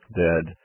dead